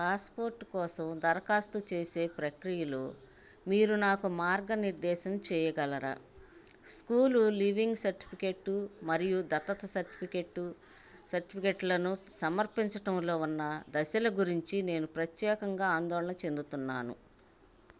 passport కోసం దరఖాస్తు చేసే ప్రక్రియలో మీరు నాకు మార్గనిర్దేశం చేయగలరా స్కూలు లీవింగ్ సర్టిఫికేటు మరియు దత్తత సర్టిఫికేటు సర్టిఫికేట్లను సమర్పించటంలో ఉన్న దశల గురించి నేను ప్రత్యేకంగా ఆందోళన చెందుతున్నాను